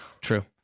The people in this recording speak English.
True